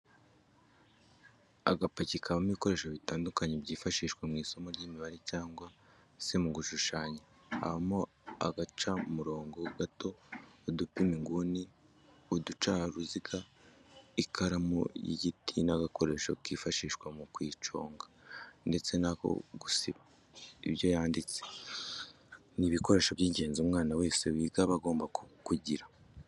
Agapaki kabamo ibikoresho bitandukanye byifashishwa mu isomo ry'imibare cyangwa se mu gushushanya habamo agacamurongo gato, udupima inguni, uducaruziga, ikaramu y'igiti n'agakoresho kifashishwa mu kuyiconga ndetse n'ako gusiba ibyo yanditse, ni ibikoresho by'ingenzi umwana wese wiga aba agomba kugira.